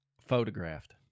Photographed